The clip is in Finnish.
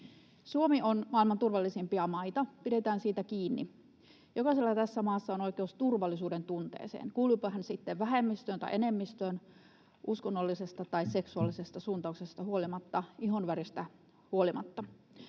Suomi on maailman turvallisimpia maita. Pidetään siitä kiinni. Jokaisella tässä maassa on oikeus turvallisuudentunteeseen, kuuluipa hän sitten vähemmistöön tai enemmistöön, uskonnollisesta tai seksuaalisesta suuntauksesta huolimatta, ihonväristä huolimatta.